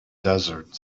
desert